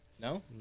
No